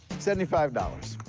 seventy five dollars.